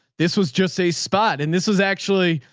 this was just a spot and this was actually,